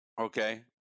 Okay